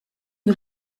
une